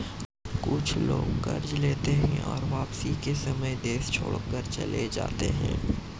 कुछ लोग कर्ज लेते हैं और वापसी के समय देश छोड़कर चले जाते हैं